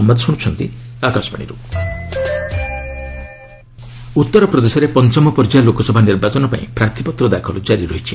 UP nomination ଉତ୍ତରପ୍ରଦେଶରେ ପଞ୍ଚମ ପର୍ଯ୍ୟାୟ ଲୋକସଭା ନିର୍ବାଚନ ପାଇଁ ପ୍ରାର୍ଥୀପତ୍ର ଦାଖଲ ଜାରି ରହିଛି